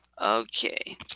Okay